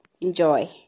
enjoy